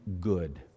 good